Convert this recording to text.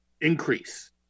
increase